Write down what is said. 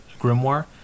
grimoire